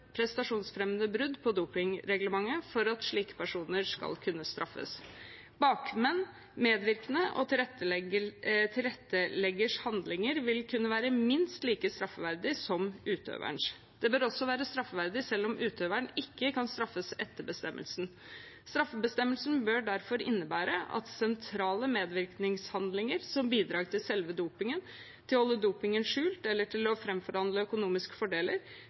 brudd på dopingreglementet. Bakmenn, medvirkende og tilretteleggeres handlinger vil kunne være minst like straffverdig som utøverens. Det bør også være straffverdig selv om utøveren ikke kan straffes etter bestemmelsen. Straffebestemmelsen bør derfor innebære at sentrale medvirkningshandlinger – som bidrag til selve dopingen, til å holde dopingen skjult eller til å framforhandle økonomiske fordeler